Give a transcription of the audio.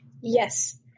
Yes